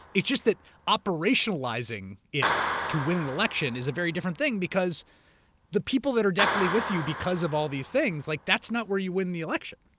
it's just that operationalizing it to win an election is a very different thing because the people that are definitely with you because of all these things, like that's not where you win the election.